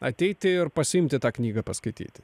ateiti ir pasiimti tą knygą paskaityti